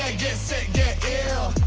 ah get sick, get ill.